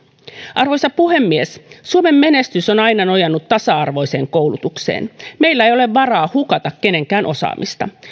arvoisa puhemies suomen menestys on aina nojannut tasa arvoiseen koulutukseen meillä ei ole varaa hukata kenenkään osaamista